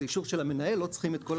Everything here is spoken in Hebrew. זה אישור של המנהל ולא צריכים את כל